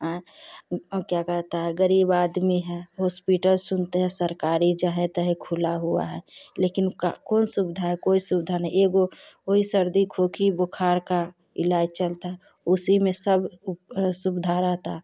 आँय क्या कहता है ग़रीब आदमी हैं होस्पीटल सुनते हैं सरकारी जहें तहें खुला हुआ है लेकिन का कौन सुविधा है कोई सुविधा नहीं एगो वोही सर्दी खोकी बुखार का इलाज चलता उसी में सब उप सुविधा रहता